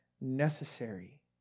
necessary